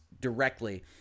directly